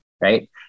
Right